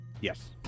Yes